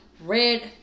red